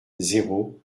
zéro